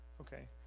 Okay